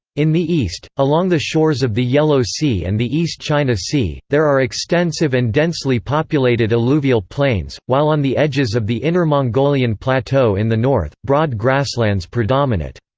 in the east, along the shores of the yellow sea and the east china sea, there are extensive and densely populated alluvial plains, while on the edges of the inner mongolian plateau in the north, broad grasslands predominate.